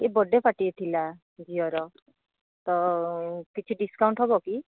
ଇଏ ବଡ଼େ ପାଟି ଥିଲା ଝିଅର ତ କିଛି ଡିସକାଉଣ୍ଟ ହେବ କି